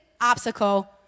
obstacle